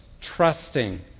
trusting